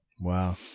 wow